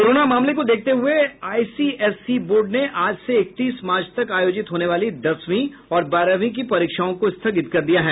corona मामले को देखते हुए आईसीएसई बोर्ड ने आज से इकतीस मार्च तक आयोजित होने वाली दसवीं और बारहवीं की परीक्षाओं को स्थगित कर दिया है